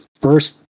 first